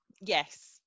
yes